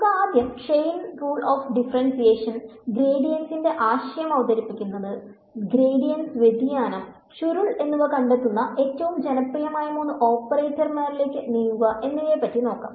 നമുക്ക് ആദ്യം chain rule of differentiation Chain Rule Of Differentiation ഗ്രേഡിയന്റിന്റെ ആശയം അവതരിപ്പിക്കുക ഗ്രേഡിയന്റ് വ്യതിയാനം ചുരുൾഎന്നിവ കണ്ടെത്തുന്ന ഏറ്റവും ജനപ്രിയമായ മൂന്ന് ഓപ്പറേറ്റർമാരിലേക്ക് നീങ്ങുക എന്നിവയെ പറ്റി നോക്കാം